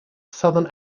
southern